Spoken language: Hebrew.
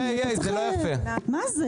מה זה?